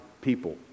people